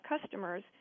customers